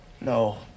No